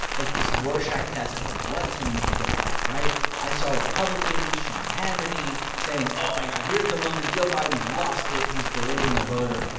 like, this rorshach test of what to make of that, right? i saw republicans, sean hannity, saying, oh, my god. here's the moment joe biden's lost it. he's berating a voter.